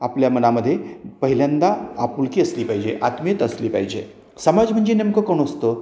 आपल्या मनामध्ये पहिल्यांदा आपुलकी असली पाहिजे आत्मीयता असली पाहिजे समाज म्हणजे नेमकं कोण असतं